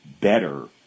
better